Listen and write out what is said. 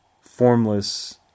formless